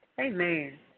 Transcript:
Amen